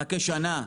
מחכה שנה.